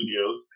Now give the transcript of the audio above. Studios